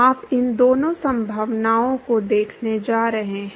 आप इन दोनों संभावनाओं को देखने जा रहे हैं